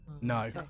no